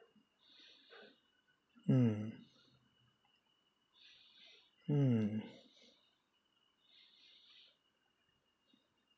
mm mm